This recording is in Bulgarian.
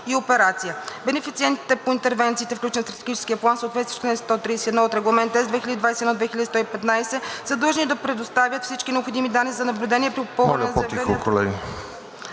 Моля, по тихо, колеги!